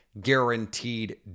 guaranteed